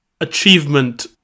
achievement